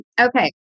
Okay